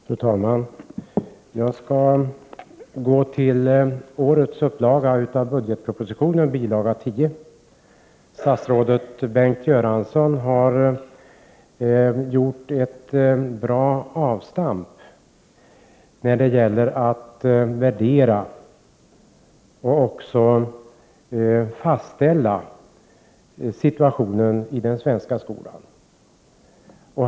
Fru talman! Jag skall gå till årets upplaga av budgetpropositionen, bil. 10. Statsrådet Bengt Göransson har gjort ett bra avstamp då han värderat och fastställt situationen i den svenska skolan.